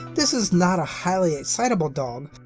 this is not a highly excitable dog,